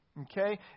okay